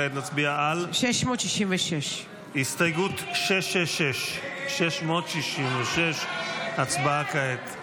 וכעת נצביע על הסתייגות 666. הצבעה כעת.